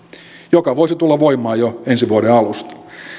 mikä voisi tulla voimaan jo ensi vuoden alusta